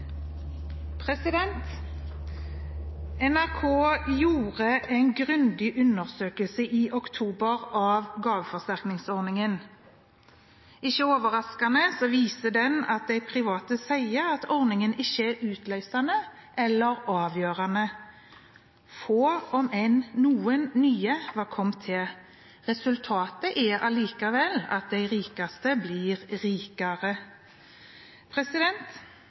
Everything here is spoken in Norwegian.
NRK foretok en grundig undersøkelse av gaveforsterkningsordningen i oktober. Ikke overraskende viser den at de private sier at ordningen ikke er utløsende eller avgjørende. Få, om noen, nye var kommet til. Resultatet er allikevel at de rikeste blir rikere.